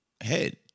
head